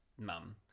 mum